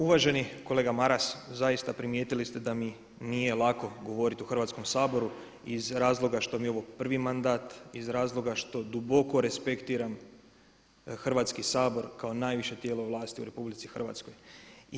Uvaženi kolega Maras, zaista primijetili ste da mi nije lako govoriti u Hrvatskom saboru iz razloga što mi je ovo prvi mandat, iz razloga što duboko respektiram Hrvatski sabor kao najviše tijelo vlasti u Republici Hrvatskoj.